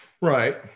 right